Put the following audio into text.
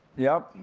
yep,